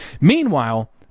Meanwhile